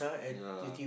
ya